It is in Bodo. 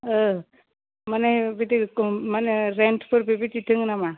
माने बिदि मा होनो रेन्जफोर बेबायदि दङ नामा